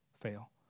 fail